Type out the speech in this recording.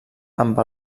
amb